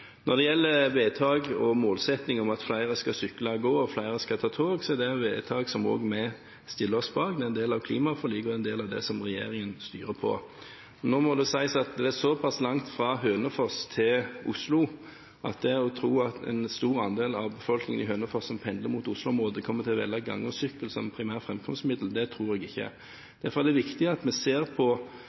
Når det gjelder vedtak og målsetting om at flere skal sykle, gå og ta tog, er det vedtak som også vi stiller oss bak, det er en del av klimaforliket og en del av det som regjeringen styrer på. Nå må det sies at det er såpass langt fra Hønefoss til Oslo at det å tro at en stor andel av befolkningen i Hønefoss som pendler mot Oslo-området, kommer til å velge gange og sykkel som primært framkomstmiddel, tror jeg ikke på. Derfor er det viktig at vi ser på